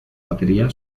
batería